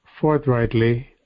forthrightly